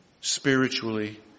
spiritually